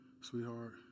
Sweetheart